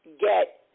get